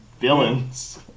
villains